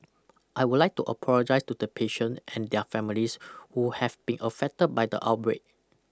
I would like to apologize to the patient and their families who have been affected by the outbreak